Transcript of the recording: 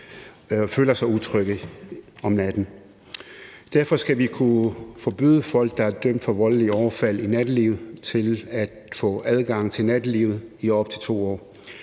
føler sig utrygge om natten. Derfor skal vi kunne forbyde folk, der er dømt for voldelige overfald i nattelivet, at få adgang til nattelivet i op til 2 år.